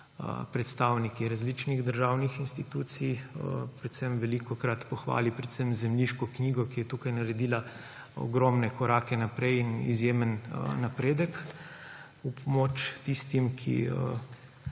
predstavniki različnih državnih institucij predvsem velikokrat pohvali predvsem zemljiško knjigo, ki je tukaj naredila ogromne korake naprej in izjemen napredek. V pomoč tistim, ki